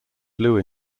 blue